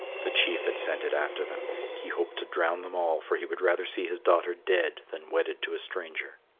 the chief had sent it after them he hoped to drown them all, for he would rather see his daughter dead than wedded to a stranger.